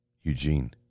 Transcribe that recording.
Eugene